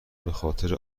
بخاطر